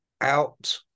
out